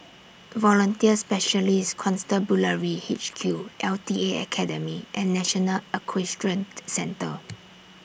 Volunteer Special Constabulary H Q L T A Academy and National Equestrian Centre